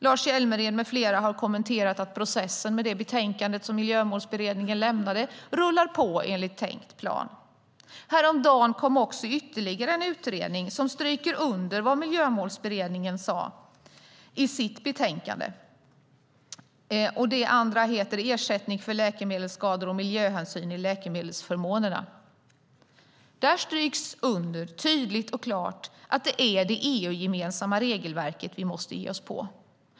Lars Hjälmered med flera har kommenterat att processen med betänkandet som Miljömålsberedningen lämnade rullar på enligt tänkt plan. Häromdagen kom ytterligare en utredning som stryker under vad Miljömålsberedningen sade i sitt betänkande Ersättning vid läkemedelsskador och miljöhänsyn i läkemedelsförmånerna . Där stryks tydligt och klart under att det är det EU-gemensamma regelverket vi måste ge oss på.